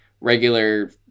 regular